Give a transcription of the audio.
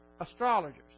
astrologers